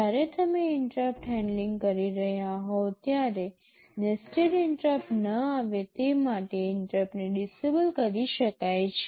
જ્યારે તમે interrupt handling કરી રહ્યાં હોવ ત્યારે નેસ્ટેટ ઇન્ટરપ્ટ ન આવે તે માટે ઇન્ટરપ્ટને ડિસેબલ કરી શકાય છે